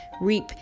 reap